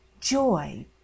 joy